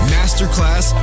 Masterclass